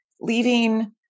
leaving